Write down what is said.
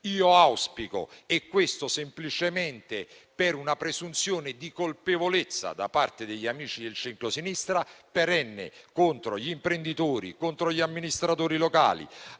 cose semplici; questo semplicemente per una presunzione di colpevolezza perenne, da parte degli amici del centrosinistra, contro gli imprenditori, contro gli amministratori locali.